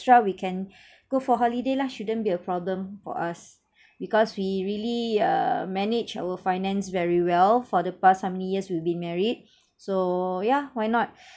extra we can go for holiday lah shouldn't be a problem for us because we really err manage our finance very well for the past how many years we've been married so yeah why not